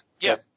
Yes